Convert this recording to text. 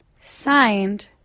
Signed